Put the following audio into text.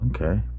okay